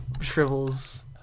shrivels